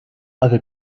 other